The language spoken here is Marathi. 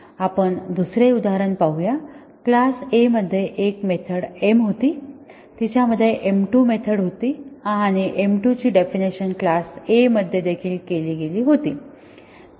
आपण दुसरे उदाहरण पाहू या क्लास A मध्ये एक मेथड m होती तिच्या मध्ये m2 मेथड होती आणि m2 ची डेफिनिशन क्लास A मध्ये देखील केली गेली होती